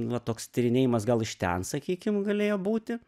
va toks tyrinėjimas gal iš ten sakykim galėjo būti